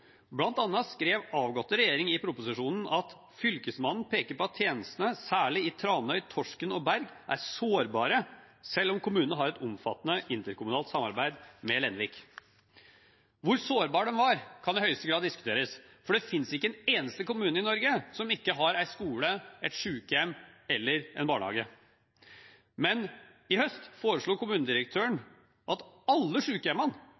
skrev den avgåtte regjering i proposisjonen: «Fylkesmannen peker på at tjenestene særlig i Tranøy, Torsken og Berg er sårbare, selv om kommunene har omfattende interkommunalt samarbeid med Lenvik.» Hvor sårbart det var, kan i høyeste grad diskuteres, for det finnes ikke en eneste kommune i Norge som ikke har en skole, et sykehjem eller en barnehage. Men i høst foreslo kommunedirektøren at alle